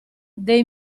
dei